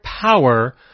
power